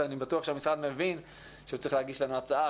ואני בטוח שהמשרד מבין שהוא צריך להגיש לנו הצעה,